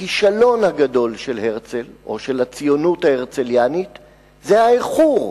הכישלון הגדול של הרצל או של הציונות ההרצליאנית זה האיחור.